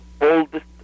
oldest